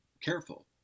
careful